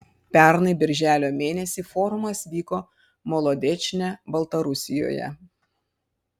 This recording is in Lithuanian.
pernai birželio mėnesį forumas vyko molodečne baltarusijoje